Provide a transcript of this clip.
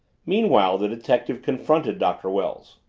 meanwhile the detective confronted doctor wells.